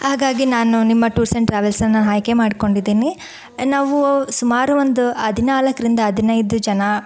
ಹಾಗಾಗಿ ನಾನು ನಿಮ್ಮ ಟೂರ್ಸ್ ಆ್ಯಂಡ್ ಟ್ರಾವೆಲ್ಸನ್ನು ಆಯ್ಕೆ ಮಾಡ್ಕೊಂಡಿದ್ದೀನಿ ನಾವು ಸುಮಾರು ಒಂದು ಹದಿನಾಲ್ಕರಿಂದ ಹದಿನೈದು ಜನ